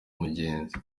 mugenzi